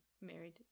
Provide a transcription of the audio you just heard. married